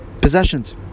possessions